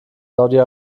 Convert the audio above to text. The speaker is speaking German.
saudi